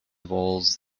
voles